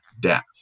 death